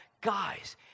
guys